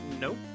Nope